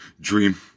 dream